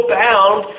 bound